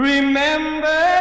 Remember